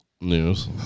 news